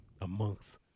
amongst